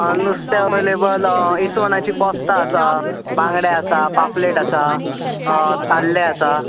आं नुस्तें अवेलेबल इसवणाची पोस्तां आसा बांगडे आसा पापलेट आसा ताल्ले आसा